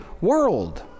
world